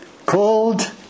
called